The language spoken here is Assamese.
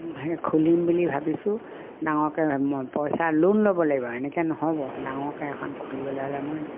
সেই খুলিম বুলি ভাবিছোঁ ডাঙৰকে পইচা লোন ল'ব লাগিব এনেকে নহ'ব ডাঙৰকে এখন খুলিবলে হ'লে মই